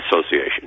Association